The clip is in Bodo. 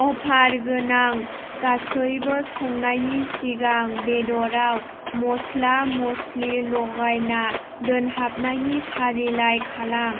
अफार गोनां गासैबो संनायनि सिगां बेदराव मस्ला मस्लि लगायना दोनहाबनायनि फारिलाइ खालाम